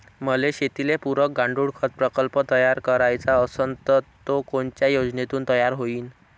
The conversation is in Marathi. मले शेतीले पुरक गांडूळखत प्रकल्प तयार करायचा असन तर तो कोनच्या योजनेतून तयार होईन?